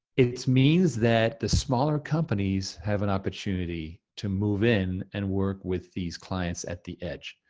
it means that the smaller companies have an opportunity to move in and work with these clients at the edge.